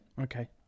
Okay